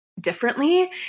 differently